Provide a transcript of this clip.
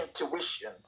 intuition